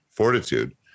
Fortitude